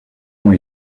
ont